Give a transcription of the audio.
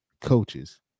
coaches